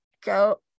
go